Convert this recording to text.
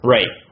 Right